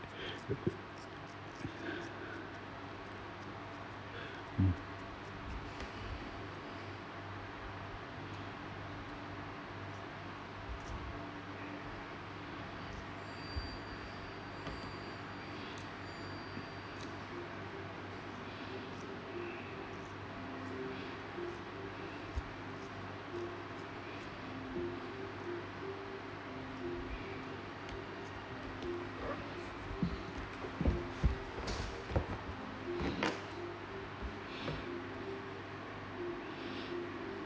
mm